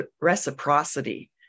reciprocity